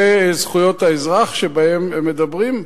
זה זכויות האזרח שבהן מדברים.